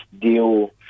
deal